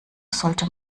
sollte